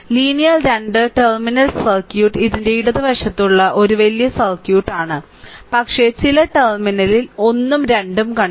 linear 2 terminal circuit ഇതിന്റെ ഇടതുവശത്തുള്ള ഒരു വലിയ സർക്യൂട്ടാണ് പക്ഷേ ചില ടെർമിനലിൽ 1 ഉം 2 ഉം ഉണ്ട്